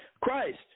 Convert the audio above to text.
Christ